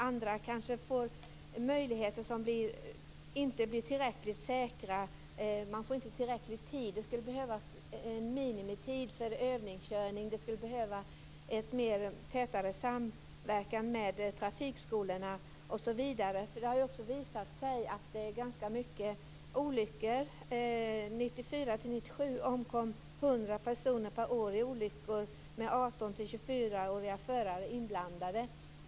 Andra kanske får möjligheter som inte blir tillräckligt säkra. Man får inte tillräckligt med tid. Det skulle behövas en minimitid för övningskörning. Det skulle behövas en tätare samverkan med trafikskolorna, för det har också visat sig att det är ganska mycket olyckor. Åren 1994-1997 omkom 100 personer per år i olyckor med 18-24-åriga förare inblandade.